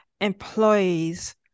employees